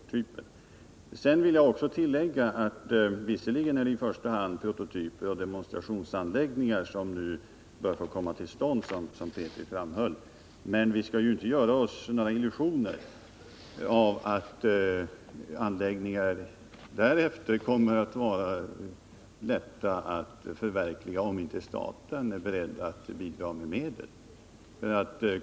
Jag vill också tillägga att det visserligen i första hand är prototyper och demonstrationsanläggningar som nu bör få komma till stånd, vilket statsrådet Petri framhöll. Men vi skall inte göra oss några illusioner om att andra anläggningar än dessa kommer att bli lätta att förverkliga, om inte staten är beredd att bidra med medel.